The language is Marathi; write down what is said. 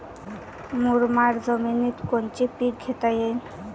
मुरमाड जमिनीत कोनचे पीकं घेता येईन?